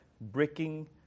breaking